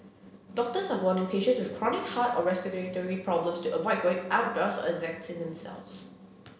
doctors are warning patients with chronic heart or respiratory problems to avoid going outdoors or exerting themselves